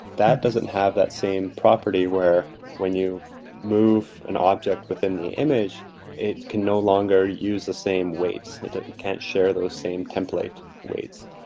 that doesn't have the same property where when you move an object within the image it can no longer use the same weights. it can't share those same template weights.